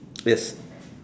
yes